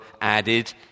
added